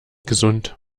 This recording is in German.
gesund